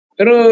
Pero